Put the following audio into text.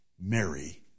Mary